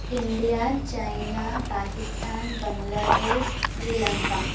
India China Pakistan Bangladesh Sri Lanka